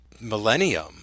Millennium